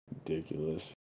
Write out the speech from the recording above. Ridiculous